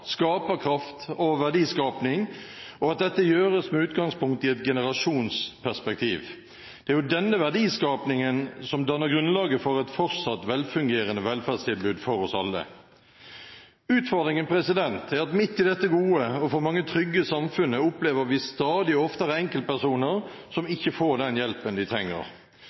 skaperkraft og verdiskaping, og at dette gjøres med utgangspunkt i et generasjonsperspektiv. Det er jo denne verdiskapingen som danner grunnlaget for et fortsatt velfungerende velferdstilbud for oss alle. Utfordringen er at midt i dette gode og for mange trygge samfunnet opplever vi stadig oftere enkeltpersoner som ikke får den hjelpen de trenger.